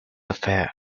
affair